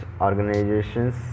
organizations